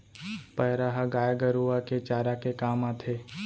पैरा ह गाय गरूवा के चारा के काम आथे